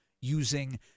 using